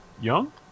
Young